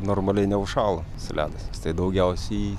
normaliai neužšąla tas ledas tai daugiausiai